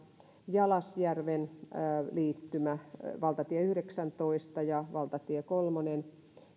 jalasjärven liittymä valtatie yhdeksäntoista ja valtatie kolmonen